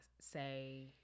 say